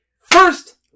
First